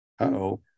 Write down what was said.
Uh-oh